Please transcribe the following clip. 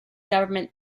government